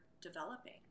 developing